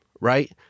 right